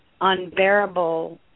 unbearable